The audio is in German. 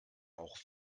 auch